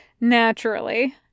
naturally